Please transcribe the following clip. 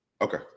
Okay